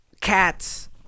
cats